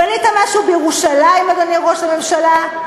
בנית משהו בירושלים, אדוני ראש הממשלה?